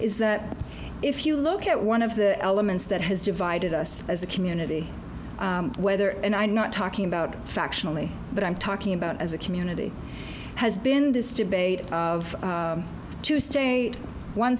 is that if you look at one of the elements that has divided us as a community whether and i'm not talking about factional but i'm talking about as a community has been this debate of two state one